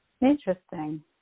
Interesting